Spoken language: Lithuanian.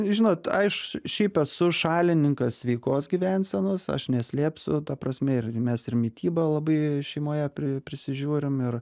žinot aš šiaip esu šalininkas sveikos gyvensenos aš neslėpsiu ta prasme ir mes ir mitybą labai šeimoje pri prisižiūrim ir